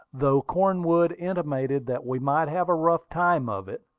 though cornwood intimated that we might have a rough time of it.